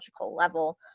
level